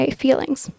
feelings